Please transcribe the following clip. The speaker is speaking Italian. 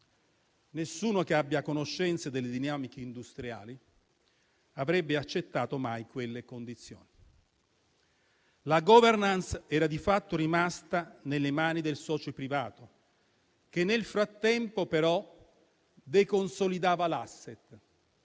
nessuno che abbia conoscenze delle dinamiche industriali avrebbe accettato mai quelle condizioni. La *governance* era di fatto rimasta nelle mani del socio privato, che nel frattempo però deconsolidava l'*asset*,